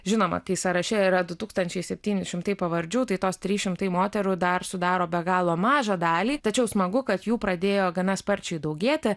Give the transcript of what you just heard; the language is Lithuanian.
žinoma kai sąraše yra du tūkstančiai septyni šimtai pavardžių tai tos trys šimtai moterų dar sudaro be galo mažą dalį tačiau smagu kad jų pradėjo gana sparčiai daugėti